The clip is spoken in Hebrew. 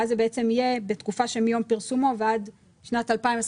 ואז זה בעצם יהיה בתקופה שמיום פרסומו ועד שנת 2025,